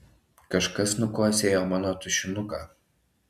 kažkas nukosėjo mano tušinuką